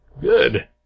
Good